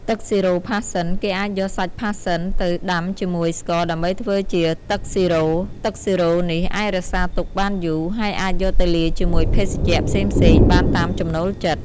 ទឹកស៊ីរ៉ូផាសសិន គេអាចយកសាច់ផាសសិនទៅដាំជាមួយស្ករដើម្បីធ្វើជាទឹកស៊ីរ៉ូ។ ទឹកស៊ីរ៉ូនេះអាចរក្សាទុកបានយូរ ហើយអាចយកទៅលាយជាមួយភេសជ្ជៈផ្សេងៗបានតាមចំណូលចិត្ត។